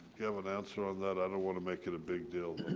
you have an answer on that? i don't want to make it a big deal.